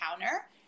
counter